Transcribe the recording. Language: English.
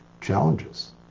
challenges